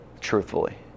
truthfully